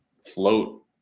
float